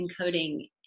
encoding